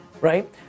right